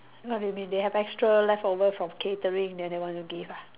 what do you mean they have extra leftover from catering then they want to give ah